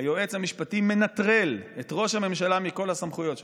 היועץ המשפטי מנטרל את ראש הממשלה מכל הסמכויות שלו.